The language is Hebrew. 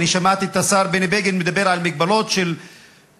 אני שמעתי את השר בני בגין מדבר על מגבלות של קרקעות,